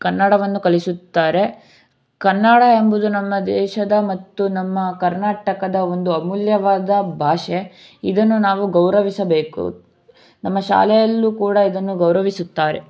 ಕನ್ನಡವನ್ನು ಕಲಿಸುತ್ತಾರೆ ಕನ್ನಡ ಎಂಬುದು ನಮ್ಮ ದೇಶದ ಮತ್ತು ನಮ್ಮ ಕರ್ನಾಟಕದ ಒಂದು ಅಮೂಲ್ಯವಾದ ಭಾಷೆ ಇದನ್ನು ನಾವು ಗೌರವಿಸಬೇಕು ನಮ್ಮ ಶಾಲೆಯಲ್ಲೂ ಕೂಡ ಇದನ್ನು ಗೌರವಿಸುತ್ತಾರೆ